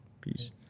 peace